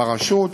ברשות,